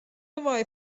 وای